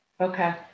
Okay